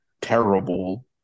terrible